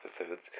episodes